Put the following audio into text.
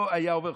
לא היה עובר.